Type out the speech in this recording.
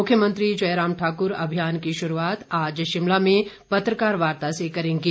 मुख्यमंत्री जयराम ठाकुर अभियान की शुरूआत आज शिमला में पत्रकार वार्ता से करेंगे